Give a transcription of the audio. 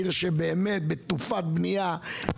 עיר בתנופת בנייה.